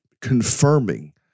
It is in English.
confirming